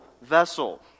vessel